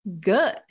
good